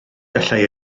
gallai